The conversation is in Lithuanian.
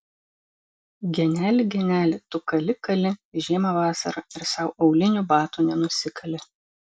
geneli geneli tu kali kali žiemą vasarą ir sau aulinių batų nenusikali